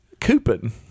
Coupon